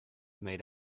made